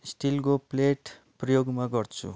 स्टिलको plate प्रयोग म गर्छु